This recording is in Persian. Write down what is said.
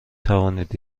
توانید